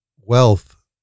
wealth